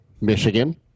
Michigan